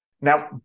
Now